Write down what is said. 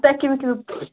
تۄہہِ کِنہٕ کِہیٖنٛۍ